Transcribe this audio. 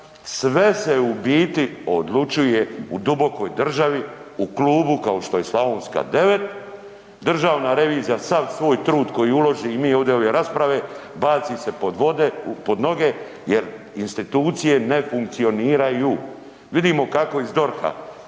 Sve se u biti odlučuje u dubokoj državi, u klubu kao što je Slavonska 9, državna revizija sav svoj trud koji uloži i mi ode ove rasprave, baci se pod vode, pod noge jer institucije ne funkcioniraju. Vidimo kako iz DORH-a